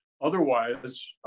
Otherwise